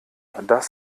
das